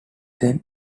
then